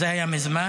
זה היה מזמן.